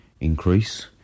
increase